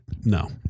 No